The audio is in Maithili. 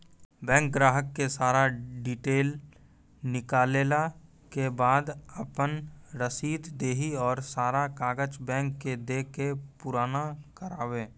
बैंक ग्राहक के सारा डीटेल निकालैला के बाद आपन रसीद देहि और सारा कागज बैंक के दे के पुराना करावे?